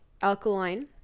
alkaline